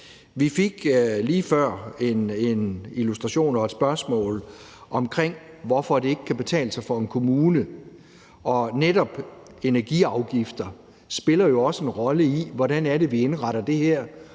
Vi fik lige før en illustration og et spørgsmål omkring, hvorfor det ikke kan betale sig for en kommune, og netop energiafgifter spiller jo også en rolle i, hvordan det er, vi indretter det her.